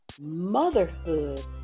motherhood